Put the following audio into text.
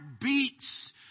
beats